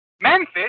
Memphis